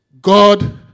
God